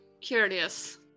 curious